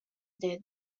did